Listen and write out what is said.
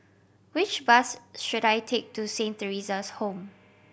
which bus should I take to Saint Theresa's Home